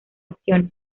acciones